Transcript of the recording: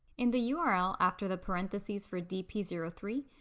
in the yeah url, after the parenthesis for d p zero three,